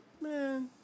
Man